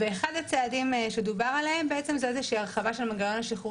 אחד הצעדים שדובר עליהם הוא הרחבה של מנגנון השחרור